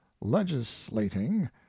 legislating